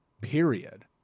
period